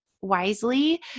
wisely